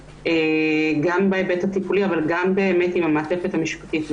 גם בהיבט הטיפולי וגם עם המעטפת המשפטית.